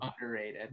underrated